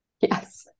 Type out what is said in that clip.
Yes